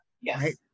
Yes